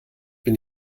bin